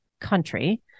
country